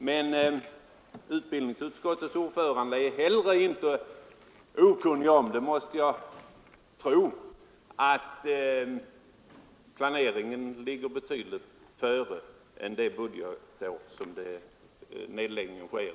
Men utbildningsutskottets ordförande är inte heller okunnig om — det kan jag inte tro — att planeringen av eventuell nedläggning görs långt före det budgetår då nedläggningen sker.